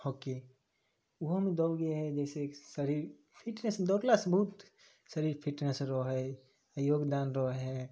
hockey ओहोमे दौगे हइ जइसे शरीर फिटनेस दौड़लासे बहुत शरीर फिटनेस रहै हइ योगदान रहै हइ